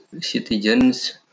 citizens